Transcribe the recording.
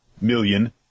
million